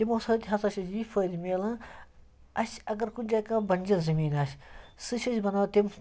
تِمو سۭتۍ ہَسا چھِ اَسہِ یہِ فأیدٕ مِلان اَسہِ اگر کُنہِ جایہِ کانٛہہ بَنجَر زٔمیٖن آسہِ سُہ چھِ أسۍ بَناوان تٔمۍ